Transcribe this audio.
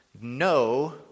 no